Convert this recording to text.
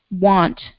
want